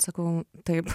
sakau taip